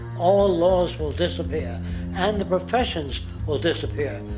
all laws will disappear and the professions will disappear,